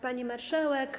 Pani Marszałek!